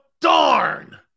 Darn